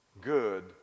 Good